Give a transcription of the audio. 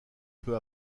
peu